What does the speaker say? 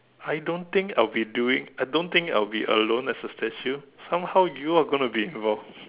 I don't think I will be doing I don't think I'll be alone as a statue somehow you are gonna be involved